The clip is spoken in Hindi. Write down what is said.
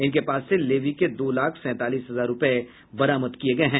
इनके पास से लेवी के दो लाख सैंतालीस हजार रूपये बरामद किये गये हैं